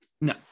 No